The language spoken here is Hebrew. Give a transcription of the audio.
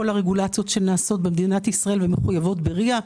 הרגולציות שנעשות במדינת ישראל ומחויבות ברי"ה.